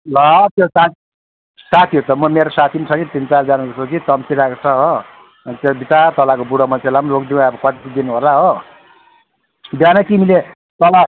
ल त्यो साथी साथीहरू त मेरो साथी पनि छ नि तिन चारजना जस्तो कि तम्सिरहेको छ हो अन्त त्यो विचरा तलको बुढो मान्छेलाई पनि लगिदिउँ अब कति दिन होला हो बिहानै तिमीले तल